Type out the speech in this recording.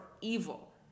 evil